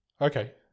Okay